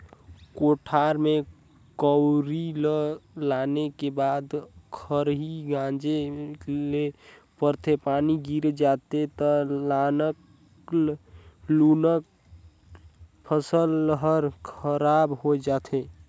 कोठार में कंवरी ल लाने के बाद खरही गांजे ले परथे, पानी गिर जाथे त लानल लुनल फसल हर खराब हो जाथे